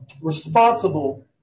responsible